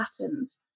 patterns